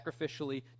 sacrificially